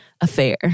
Affair